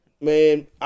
man